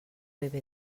dvd